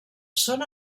són